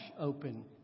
open